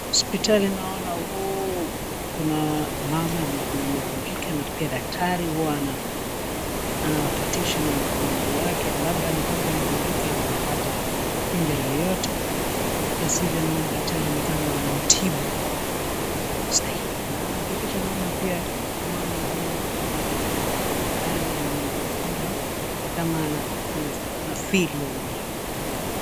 Hospitali kuna mama amevunjika na pia daktari ana patisha na mguu yake labda ni kama amevunjika amepata injury yoyote la sivyo naona kama daktari anamtibu vile inavyostahili na anahakikisha kwamba mama aliyelala ni mwenye mgonjwa ni kama ana feel hiyo ugonjwa.